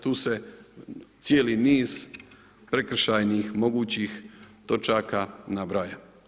Tu se cijeli niz prekršajnih mogućih točaka nabraja.